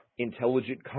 intelligent